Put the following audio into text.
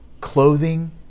clothing